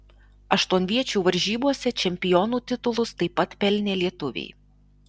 aštuonviečių varžybose čempionų titulus taip pat pelnė lietuviai